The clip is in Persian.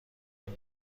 این